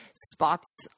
spots